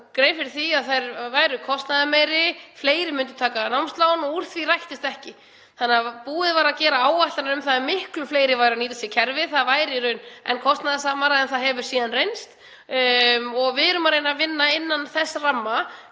grein fyrir því að þær væru kostnaðarmeiri, að fleiri myndu taka námslán og úr því rættist ekki. Búið var að gera áætlanir um að miklu fleiri myndu nýta sér kerfið og það yrði í raun enn kostnaðarsamara en það hefur síðan reynst. Við erum að reyna að vinna innan þess ramma